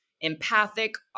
Empathic